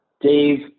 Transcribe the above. Dave